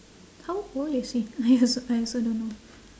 how old is he I also I also don't know